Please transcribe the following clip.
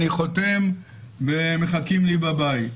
אני חותם ומחכים לי בבית.